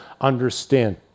understand